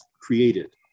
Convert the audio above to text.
created